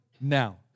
now